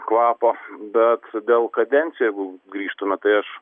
kvapo bet dėl kadencijų jeigu grįžtume tai aš